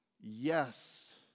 Yes